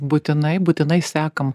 būtinai būtinai sekam